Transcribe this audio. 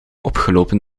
opgelopen